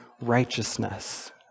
righteousness